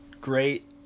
great